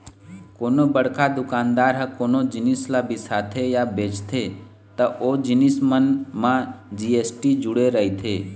कोनो बड़का दुकानदार ह कोनो जिनिस ल बिसाथे या बेचथे त ओ जिनिस मन म जी.एस.टी जुड़े रहिथे